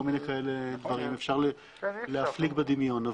מיני דברים שאפשר להפליג איתם בדמיון.